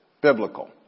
biblical